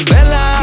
Bella